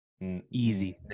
Easy